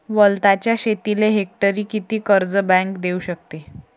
वलताच्या शेतीले हेक्टरी किती कर्ज बँक देऊ शकते?